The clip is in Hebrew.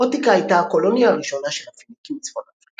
אוטיקה הייתה הקולוניה הראשונה של הפיניקים בצפון אפריקה,